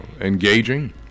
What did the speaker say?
engaging